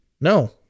No